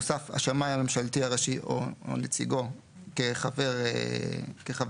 הוסף השמאי הממשלתי הראשי או נציגו כחבר בוועדה.